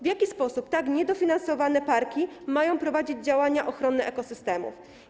W jaki sposób tak niedofinansowane parki mają prowadzić działania ochronne wobec ekosystemów?